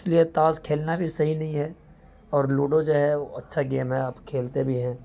اس لیے تاش کھیلنا بھی صحیح نہیں ہے اور لوڈو جو ہے وہ اچھا گیم ہے کھیلتے بھی ہیں